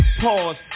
Pause